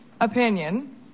opinion